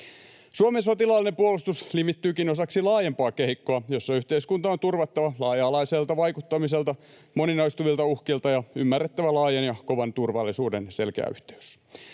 Suomen sotilaallinen puolustus limittyykin osaksi laajempaa kehikkoa, jossa yhteiskuntaa on turvattava laaja-alaiselta vaikuttamiselta ja moninaistuvilta uhkilta ja ymmärrettävä laajan ja kovan turvallisuuden selkeä yhteys.